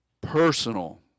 personal